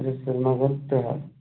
اَچھا سریٖنگر ترٛےٚ ہتھ